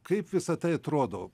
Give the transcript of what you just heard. kaip visa tai atrodo